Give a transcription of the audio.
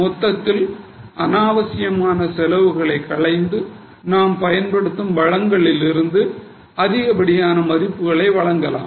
மொத்தத்தில் அநாவசியமான செலவுகளை களைந்து நாம் பயன்படுத்தும் வழங்கலில் அதிக படியான மதிப்புகளை வழங்கலாம்